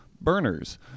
burners